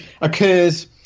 occurs